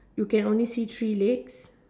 you can only see three legs